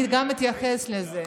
אני אתייחס גם לזה.